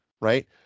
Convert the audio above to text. right